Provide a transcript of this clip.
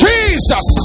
Jesus